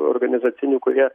organizacinių kurie